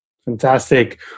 Fantastic